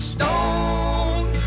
Stone